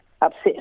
upset